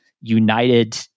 united